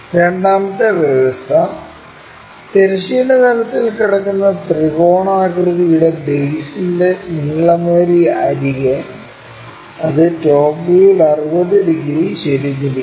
രണ്ടാമത്തെ വ്യവസ്ഥ തിരശ്ചീന തലത്തിൽ കിടക്കുന്ന ത്രികോണാകൃതിയുടെ ബെയ്സ്ന്റെ നീളമേറിയ അരിക് അത് ടോപ് വ്യൂവിൽ 60 ഡിഗ്രി ചരിഞ്ഞിരിക്കുന്നു